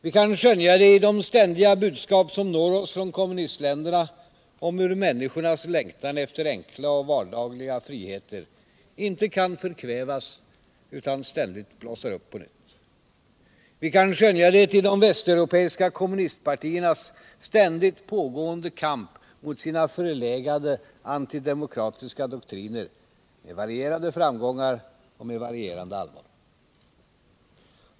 Vi kan skönja det i de ständiga budskap som når oss från kommunistländerna om hur människornas längtan efter enkla och vardagliga friheter inte kan förkvävas utan ständigt blossar upp på nytt. Vi kan skönja det i de västeuropeiska kommunistpartiernas ständigt pågående kamp mot sina förlegade antidemokratiska doktriner med varierande framgångar och med varierande allvar.